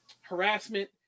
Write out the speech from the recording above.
harassment